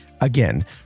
again